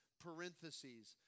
parentheses